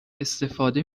استفاده